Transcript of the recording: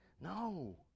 No